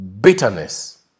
bitterness